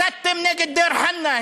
הסתתם נגד דיר-חנא,